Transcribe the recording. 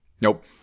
Nope